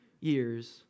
years